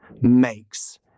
makes